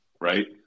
Right